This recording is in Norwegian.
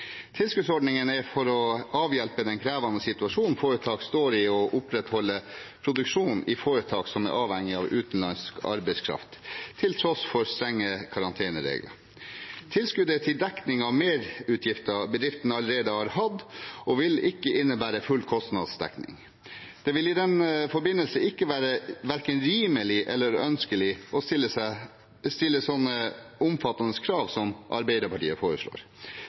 Tilskuddsordningen er for å avhjelpe den krevende situasjonen foretak står i, og for å opprettholde produksjonen i foretak som er avhengig av utenlandsk arbeidskraft, til tross for strenge karanteneregler. Tilskuddet er til dekning av merutgifter bedriften allerede har hatt, og vil ikke innebære full kostnadsdekning. Det vil i den forbindelse ikke være verken rimelig eller ønskelig å stille slike omfattende krav som Arbeiderpartiet foreslår.